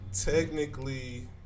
Technically